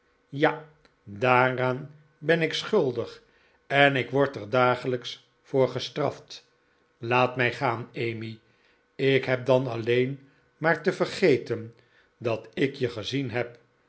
ja daaraan ben ik schuldig en ik word er dagelijks voor gestraft laat mij gaan emmy ik heb dan alleen maar te vergeten dat ik je gezien heb